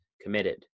committed